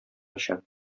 өчен